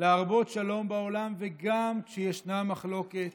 להרבות שלום בעולם, וגם כשיש מחלוקת,